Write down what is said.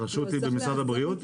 הרשות היא משרד הבריאות?